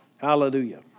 Hallelujah